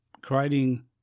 creating